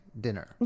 dinner